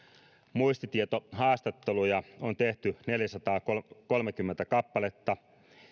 muistitietohaastatteluja on tehty neljäsataakolmekymmentä kappaletta